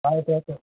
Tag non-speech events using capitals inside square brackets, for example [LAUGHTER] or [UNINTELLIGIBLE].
[UNINTELLIGIBLE]